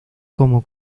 como